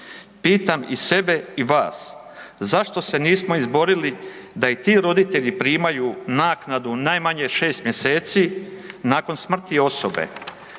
Pitam i sebe i vas, zašto se nismo izborili da i ti roditelji primaju naknadu najmanje 6 mjeseci nakon smrti osobe,